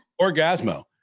orgasmo